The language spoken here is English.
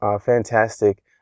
fantastic